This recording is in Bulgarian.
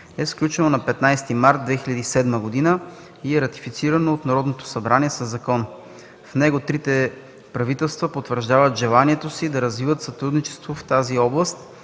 е сключено на 15 март 2007 г. и е ратифицирано от Народното събрание със закон. В него трите правителства потвърждават желанието си „да развиват сътрудничество в тази област